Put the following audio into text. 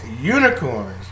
unicorns